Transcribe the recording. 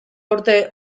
urte